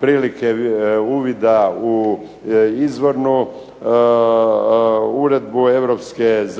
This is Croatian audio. prilike uvida u izvornu uredbu EZ